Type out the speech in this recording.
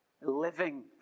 living